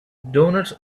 doughnuts